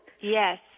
Yes